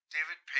David